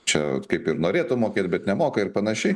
čia kaip ir norėtų mokėt bet nemoka ir panašiai